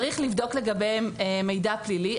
צריך לבדוק לגביהם מידע פלילי,